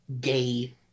gay